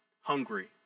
hungry